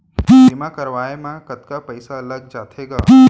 बीमा करवाए म कतका पइसा लग जाथे गा?